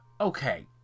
okay